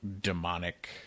demonic